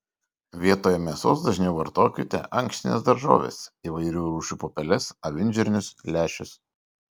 vietoj mėsos dažniau vartokite ankštines daržoves įvairių rūšių pupeles avinžirnius lęšius